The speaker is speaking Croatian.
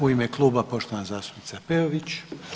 U ime kluba poštovana zastupnica Peović.